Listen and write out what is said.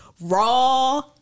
raw